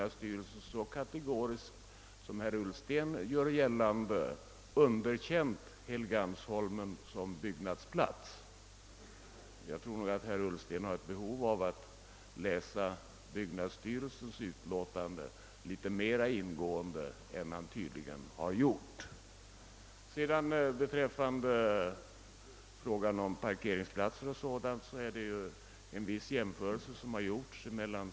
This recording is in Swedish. En dylik ordning försvårar självfallet samhällets arbetsvårdande ansträngningar och den handikappades strävan till normalisering. De handikappades riksförbund angav i sitt yttrande, avseende parkeringskommitténs betänkande SOU 1968:18, de problem den handikappade bilägaren dagligen konfronteras med, samtidigt som man lämnade förslag till åtgärder i mening att eliminera de hinder som de facto föreligger. Bland handikappade bilister anses snara åtgärder vara påkallade.